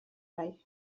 bai